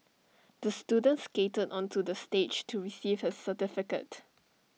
the student skated onto the stage to receive his certificate